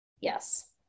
Yes